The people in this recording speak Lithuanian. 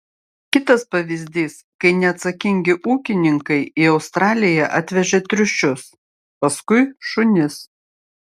kitas pavyzdys kai neatsakingi ūkininkai į australiją atvežė triušius paskui šunis